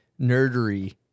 nerdery